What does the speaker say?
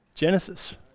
Genesis